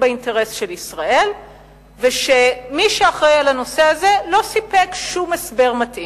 באינטרס של ישראל ושמי שאחראי על הנושא הזה לא סיפק שום הסבר מתאים.